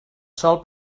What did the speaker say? sòl